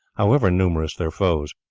however numerous their foes.